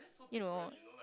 you know